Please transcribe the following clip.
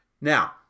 Now